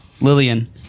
Lillian